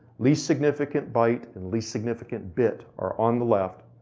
least significant byte and least significant bit are on the left.